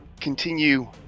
continue